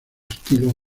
estilo